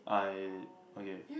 I okay